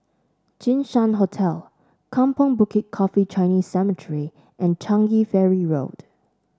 Jinshan Hotel Kampong Bukit Coffee Chinese Cemetery and Changi Ferry Road